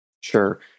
Sure